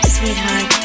Sweetheart